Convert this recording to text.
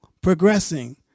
progressing